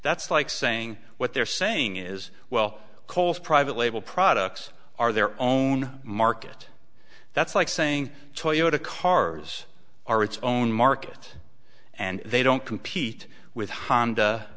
that's like saying what they're saying is well coles private label products are their own market that's like saying toyota cars are its own market and they don't compete with